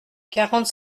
quarante